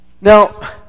Now